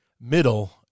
middle